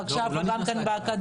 ועכשיו הוא גם כן באקדמיה.